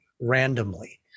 randomly